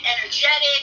energetic